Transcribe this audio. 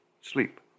Sleep